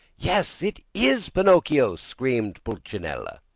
yes! it is pinocchio! screamed pulcinella.